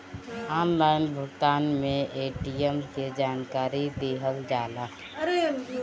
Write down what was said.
Online भुगतान में ATM के जानकारी दिहल जाला?